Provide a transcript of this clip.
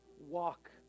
walk